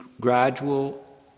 gradual